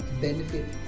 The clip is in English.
benefit